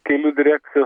kelių direkcijos